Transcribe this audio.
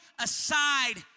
aside